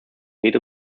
geht